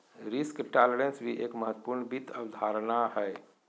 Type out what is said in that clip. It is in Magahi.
रिस्क टॉलरेंस भी एक महत्वपूर्ण वित्त अवधारणा हय